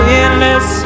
endless